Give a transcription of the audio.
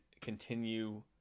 continue